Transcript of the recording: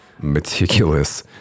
meticulous